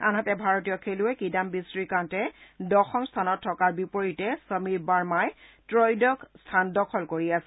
আনহাতে ভাৰতীয় খেলুৱৈ কিদান্নী শ্ৰীকান্তে দশন স্থানত থকাৰ বিপৰীতে সমীৰ বাৰ্মাই ত্ৰয়োদশ স্থান দখল কৰি আছে